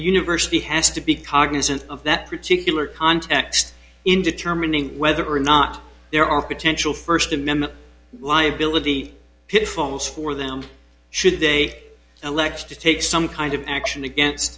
university has to be cognizant of that particular context in determining whether or not there are potential first amendment liability pitfalls for them should they elect to take some kind of action against